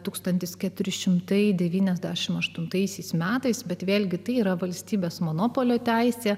tūkstantis keturi šimtai devyniasdešimt aštuntaisiais metais bet vėlgi tai yra valstybės monopolio teisė